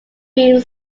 bean